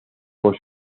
por